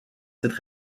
cette